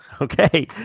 Okay